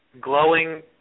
glowing